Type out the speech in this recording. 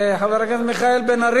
חבר הכנסת מיכאל בן-ארי,